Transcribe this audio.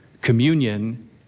communion